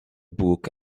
book